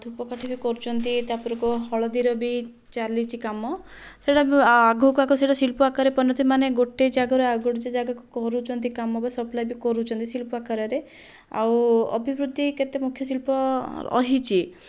ଧୂପକାଠି ବି କରୁଛନ୍ତି ତାପରକୁ ହଳଦୀର ବି ଚାଲିଛି କାମ ସେଇଟା ଆଗକୁ ଆଗକୁ ସେଇଟା ଶିଳ୍ପ ଆକାରରେ ପରିଣତ ହେଉଛି ମାନେ ଗୋଟେ ଜାଗାରୁ ଆଉ ଗୋଟେ ଜାଗାକୁ କରୁଛନ୍ତି କାମ ବା ସପ୍ଲାଏ ବି କରୁଛନ୍ତି ଶିଳ୍ପ ଆକାରରେ ଆଉ ଅଭିବୃଦ୍ଧି କେତେ ମୁଖ୍ୟ ଶିଳ୍ପ ରହିଛି